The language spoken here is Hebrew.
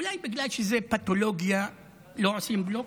אולי בגלל שזה פתולוגיה לא עושים בלוק?